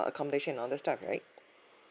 accommodation and all the stuff right